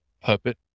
puppet